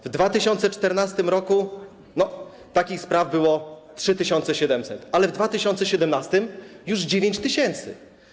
W 2014 r. takich spraw było 3700, ale w 2017 r. - już 9000.